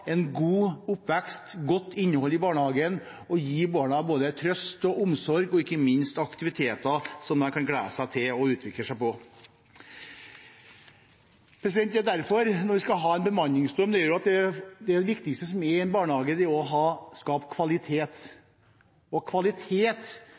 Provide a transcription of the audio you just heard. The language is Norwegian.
god oppvekst og et godt innhold i barnehagen, som skal gi barna både trøst og omsorg og ikke minst aktiviteter som de kan glede seg til og utvikle seg gjennom. Det er derfor vi skal ha en bemanningsnorm. Det viktigste i en barnehage er å skape kvalitet, og det er klart det er viktig at vi har voksne som er